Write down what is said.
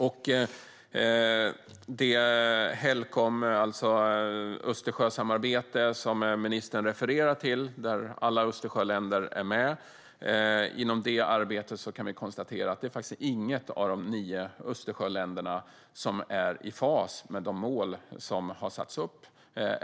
Inom Helcom - det Östersjösamarbete som ministern refererar till, där alla är Östersjöländer är med - är det inget av de nio Östersjöländerna som är i fas med de mål som har satts upp.